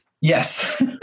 Yes